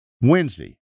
Wednesday